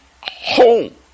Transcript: home